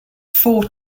four